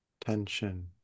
tension